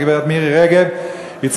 הגברת מירי רגב ואני,